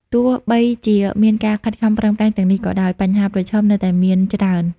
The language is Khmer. ទោះបីជាមានការខិតខំប្រឹងប្រែងទាំងនេះក៏ដោយ បញ្ហាប្រឈមនៅតែមានច្រើន។